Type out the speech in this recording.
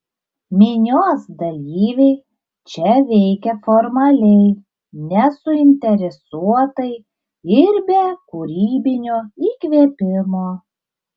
minios dalyviai čia veikė formaliai nesuinteresuotai ir be kūrybinio įkvėpimo